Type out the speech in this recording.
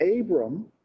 Abram